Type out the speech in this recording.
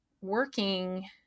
working